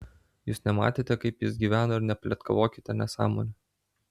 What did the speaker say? jūs nematėte kaip jis gyveno ir nepletkavokite nesąmonių